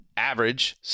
Average